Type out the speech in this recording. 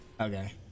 Okay